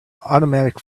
automatic